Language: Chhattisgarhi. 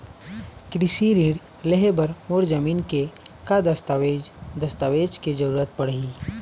कृषि ऋण लेहे बर मोर जमीन के का दस्तावेज दस्तावेज के जरूरत पड़ही?